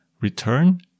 return